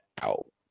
out